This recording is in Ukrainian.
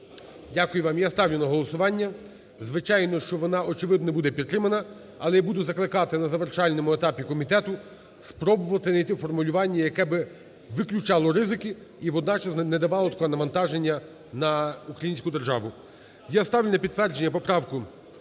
Дякую вам. Я ставлю на голосування, звичайно, що вона, очевидно, що буде підтримана. Але я буду закликати на завершальному етапі комітету спробувати знайти формулювання, яке би виключало ризики і водночас не давало такого навантаження на українську державу. Я ставлю на підтвердження поправку